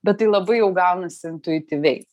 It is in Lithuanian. bet tai labai jau gaunasi intuityviai